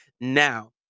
now